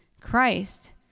Christ